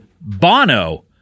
BONO